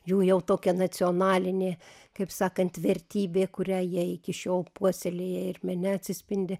jų jau tokia nacionalinė kaip sakant vertybė kurią jie iki šiol puoselėja ir mene atsispindi